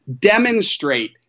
Demonstrate